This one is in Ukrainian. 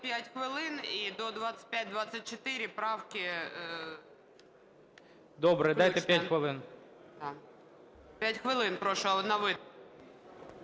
Добре, дайте 5 хвилин.